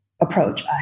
approach